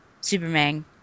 Superman